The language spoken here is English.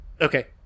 Okay